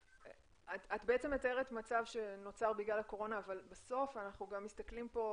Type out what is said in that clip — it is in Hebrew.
את בעצם מתארת מצב שנוצר בגלל הקורונה אבל בסוף אנחנו מסתכלים פה,